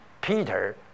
Peter